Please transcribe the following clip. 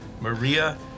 Maria